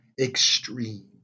Extreme